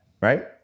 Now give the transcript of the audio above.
right